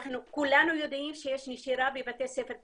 אנחנו כולנו יודעים שיש נשירה בבתי ספר תיכוניים,